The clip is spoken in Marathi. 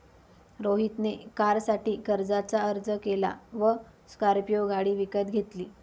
रोहित ने कारसाठी कर्जाचा अर्ज केला व स्कॉर्पियो गाडी विकत घेतली